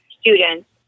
students